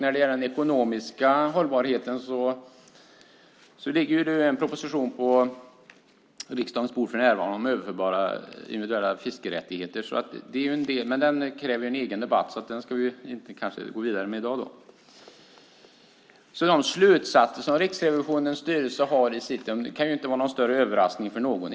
När det gäller den ekonomiska hållbarheten ligger en proposition för närvarande på riksdagens bord om överförbara individuella fiskerättigheter. Den kräver dock en egen debatt, och därför ska vi kanske inte ta upp den i dag. De slutsatser som Riksrevisionens styrelse redovisar kan väl egentligen inte vara någon större överraskning för någon.